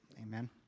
Amen